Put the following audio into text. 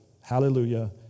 hallelujah